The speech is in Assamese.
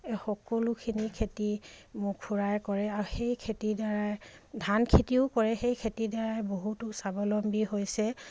সকলোখিনি খেতি খুৰাই কৰে আৰু সেই খেতিৰ দ্বাৰাই ধান খেতিও কৰে সেই খেতিৰ দ্বাৰাই বহুতো স্বাৱলম্বী হৈছে